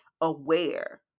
aware